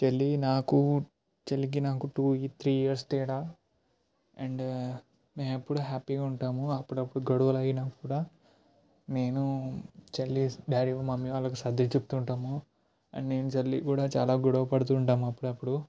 చెల్లి నాకు చెల్లికి నాకు టూ ఇ త్రీ ఇయర్స్ తేడా అండ్ మేము ఎప్పుడు హ్యాపీగా ఉంటాము అప్పుడప్పుడు గొడవలు అయినా కూడా నేను చెల్లి డాడీ మమ్మీ వాళ్ళకి సర్ది చెప్తుంటాము అండ్ నేను చెల్లి కూడా చాలా గొడవ పడుతు ఉంటాము అప్పుడప్పుడు